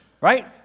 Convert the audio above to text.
right